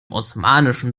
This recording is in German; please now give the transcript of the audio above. osmanischen